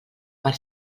per